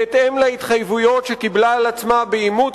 בהתאם להתחייבויות שקיבלה על עצמה באימוץ